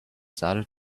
started